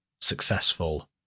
Successful